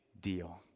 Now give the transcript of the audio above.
deal